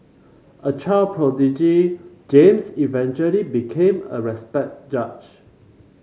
a child prodigy James eventually became a respected judge